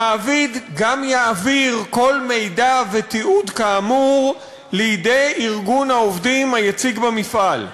המעביד גם יעביר כל מידע ותיעוד כאמור לידי ארגון העובדים היציג במפעל,